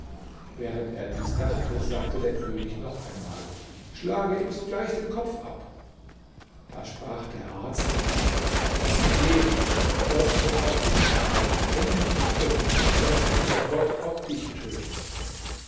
während er dies dachte sagte der könig noch einmal schlage ihm sogleich den kopf ab da sprach der arzt laß mich leben gott wird auch dich erhalten bring mich nicht um sonst wird gott auch dich töten